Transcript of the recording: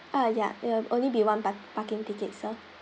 ah ya there will only be one by parking tickets sir